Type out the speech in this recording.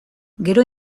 gero